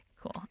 Cool